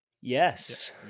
Yes